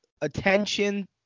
attention